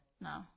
No